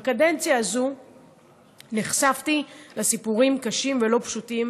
בקדנציה הזאת נחשפתי לסיפורים קשים ולא פשוטים